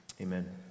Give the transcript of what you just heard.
Amen